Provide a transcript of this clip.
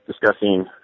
discussing